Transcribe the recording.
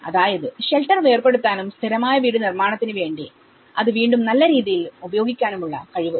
അതായത് ഷെൽട്ടർ വേർപെടുത്താനും സ്ഥിരമായ വീട് നിർമ്മാണത്തിന് വേണ്ടി അത് വീണ്ടും നല്ല രീതിയിൽ ഉപയോഗിക്കാനുമുള്ള കഴിവ്